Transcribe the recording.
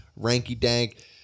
ranky-dank